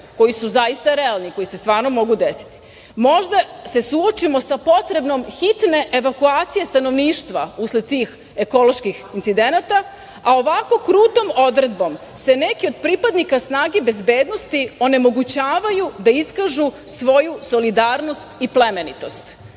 koji su zaista realni, koji se stvarno mogu desiti, možda se suočimo sa potrebom hitne evakuacije stanovništva usled tih ekoloških incidenata, a ovako krutom odredbom se neki od pripadnika snaga bezbednosti onemogućavaju da iskažu svoju solidarnost i plemenitost. Dakle,